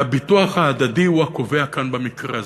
והביטוח ההדדי הוא הקובע כאן במקרה הזה.